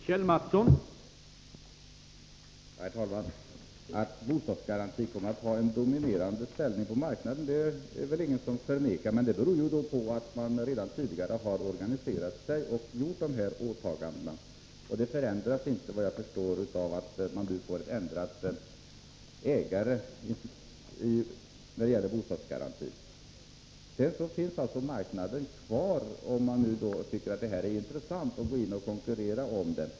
Herr talman! Att AB Bostadsgaranti kommer att ha en dominerande ställning på marknaden är det ingen som förnekar. Det beror på att man redan tidigare organiserade sig och gjorde dessa åtaganden. Detta förändras inte, såvitt jag förstår, av att man får ett ändrat ägande av AB Bostadsgaran ti. Marknaden finns ju kvar, om någon tycker att det är intressant att gå in och konkurrera.